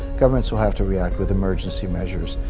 governments will have to react with emergency measures.